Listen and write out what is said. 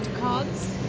cards